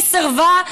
מי סירבה?